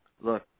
look